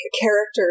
character